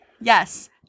Yes